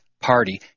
party